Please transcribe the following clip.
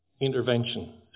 intervention